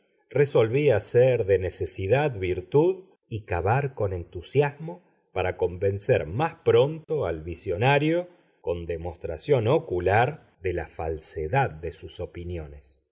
resolví hacer de necesidad virtud y cavar con entusiasmo para convencer más pronto al visionario con demostración ocular de la falsedad de sus opiniones